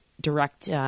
direct –